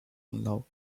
love